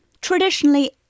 traditionally